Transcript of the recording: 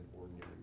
ordinary